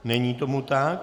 Není tomu tak.